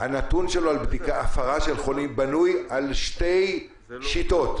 על שתי שיטות.